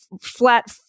flat